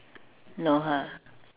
know her